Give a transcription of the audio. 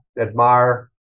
admire